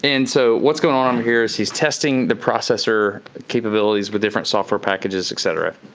and so what's going on um here is he's testing the processor capabilities with different software packages, et cetera.